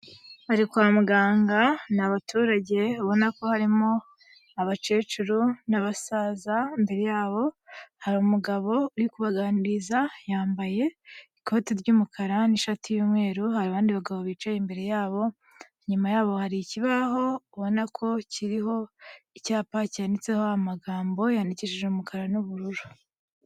Bari kwa muganga, ni abaturage babona ko harimo abakecuru n'abasaza, imbere yabo hari umugabo uri kubaganiriza, yambaye ikoti ry'umukara n'ishati y'umweru, hari abandi bagabo bicaye imbere yabo, inyuma yabo hari ikibaho ubona ko kiriho icyapa cyanditseho amagambo yandikishije umukara n'ubururu.